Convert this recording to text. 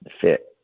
fit